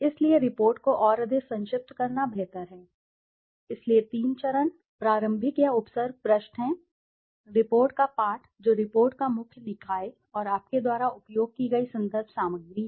इसलिए रिपोर्ट को और अधिक संक्षिप्त करना बेहतर है इसलिए तीन चरण प्रारंभिक या उपसर्ग पृष्ठ हैं रिपोर्ट का पाठ जो रिपोर्ट का मुख्य निकाय और आपके द्वारा उपयोग की गई संदर्भ सामग्री है